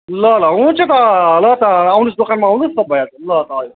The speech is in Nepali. ल ल हुन्छ त ल त आउनुहोस् दोकानमा आउनुहोस् त भइहाल्छ ल त अहिले